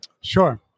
Sure